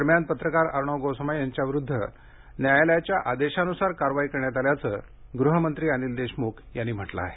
दरम्यान पत्रकार अर्णव गोस्वामी याच्याविरुद्ध न्यायालयाच्या आदेशानुसार कारवाई करण्यात आल्याचं महाराष्ट्राचे गृह मंत्री अनिल देशमुख यांनी म्हटलं आहे